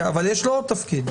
אבל יש לו עוד תפקיד,